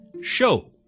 show